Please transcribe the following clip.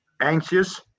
anxious –